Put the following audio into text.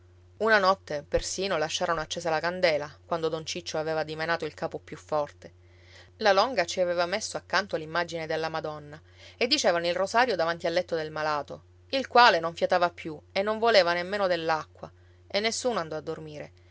una notte persino lasciarono accesa la candela quando don ciccio aveva dimenato il capo più forte la longa ci aveva messo accanto l'immagine della madonna e dicevano il rosario davanti al letto del malato il quale non fiatava più e non voleva nemmeno dell'acqua e nessuno andò a dormire